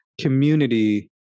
community